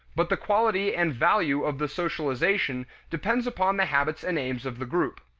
but the quality and value of the socialization depends upon the habits and aims of the group.